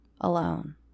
alone